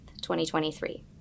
2023